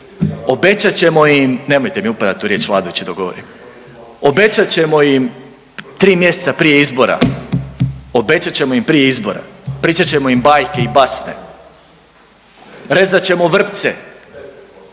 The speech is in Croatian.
Obećat ćemo im, nemojte mi upadati u riječ vladajući dok govorim. Obećat ćemo im 3 mjeseca prije izbora, obećat ćemo im prije izbora. Pričat ćemo im